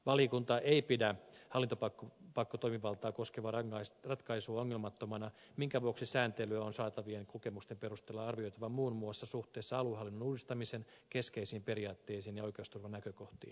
valiokunta ei pidä hallintopakkotoimivaltaa koskevaa ratkaisua ongelmattomana minkä vuoksi sääntelyä on saatavien kokemusten perusteella arvioitava muun muassa suhteessa aluehallinnon uudistamisen keskeisiin periaatteisiin ja oikeusturvanäkökohtiin